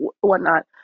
whatnot